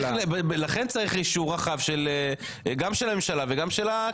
לכן צריך אישור רחב גם של הממשלה וגם של הכנסת.